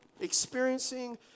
experiencing